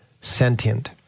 sentient